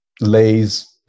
lays